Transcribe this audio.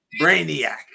brainiac